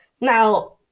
Now